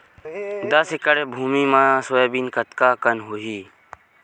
दस एकड़ भुमि म सोयाबीन कतका कन होथे?